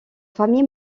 famille